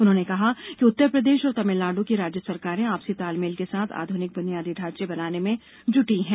उन्होंने कहा कि उत्तर प्रदेश और तमिलनाडु की राज्य सरकारें आपसी तालमेल के साथ आध्निक बुनियादी ढांचे बनाने में जुटी हैं